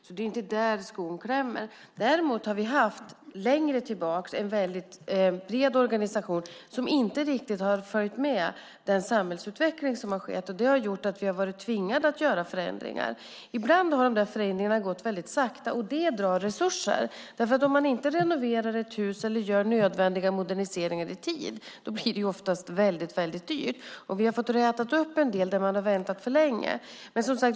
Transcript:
Det är inte där skon klämmer. Däremot har vi längre tillbaka haft en väldigt bred organisation som inte riktigt har följt med den samhällsutveckling som har skett. Det har gjort att vi har varit tvingade att göra förändringar. Ibland har dessa förändringar gått väldigt sakta, och det drar resurser. Om man inte renoverar ett hus eller gör nödvändiga moderniseringar i tid blir det nämligen ofta väldigt dyrt, och vi har fått räta upp en del där man har väntat för länge.